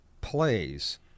plays